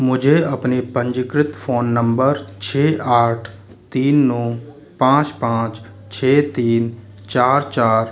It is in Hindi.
मुझे अपने पंजीकृत फोन नंबर छः आठ तीन नौ पाँच पाँच छः तीन चार चार